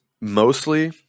mostly